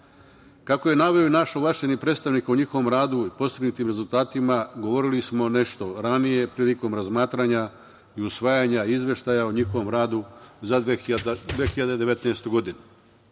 je naveo naš ovlašćeni predstavnik o njihovom radu i postignutim rezultatima govorili smo nešto ranije prilikom razmatranja i usvajanja izveštaja o njihovom radu za 2019.